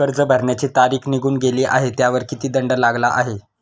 कर्ज भरण्याची तारीख निघून गेली आहे त्यावर किती दंड लागला आहे?